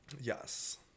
Yes